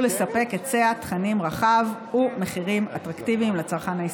לספק היצע תכנים רחב ומחירים אטרקטיביים לצרכן הישראלי.